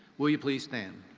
will you please stand?